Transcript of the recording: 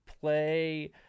Play